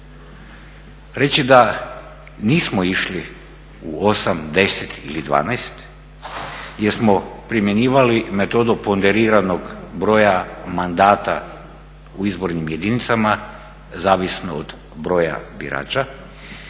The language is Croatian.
reći da nismo išli u 8, 10 ili 12 jer smo primjenjivali metodu ponderiranog broja mandata u izbornim jedinicama, zavisno od broja birača